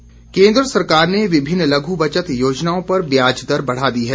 लघु बचत ब्याज केंद्र सरकार ने विभिन्न लघु बचत योजनाओं पर ब्याज दर बढ़ा दी है